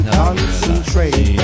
concentrate